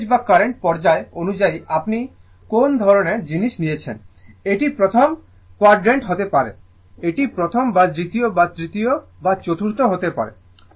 voltage বা current পর্যায় অনুযায়ী আপনি কোন ধরণের জিনিস নিয়েছেন এটি প্রথম কোয়াডর্যান্ট হতে পারে এটি প্রথম বা দ্বিতীয় বা তৃতীয় বা চতুর্থ হতে পারে